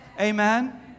Amen